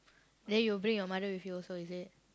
then you bring your mother with you also is it